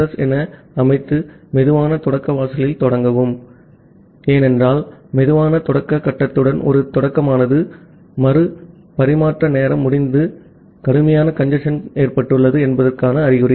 S என அமைத்து slow start வாசலில் தொடங்கவும் ஏனென்றால் சுலோ ஸ்டார்ட் கட்டத்துடன் ஒரு ஸ்டார்ட்னது ஏனெனில் மறு பரிமாற்ற நேரம் முடிந்தது கடுமையான கஞ்சேஸ்ன் ஏற்பட்டுள்ளது என்பதற்கான அறிகுறி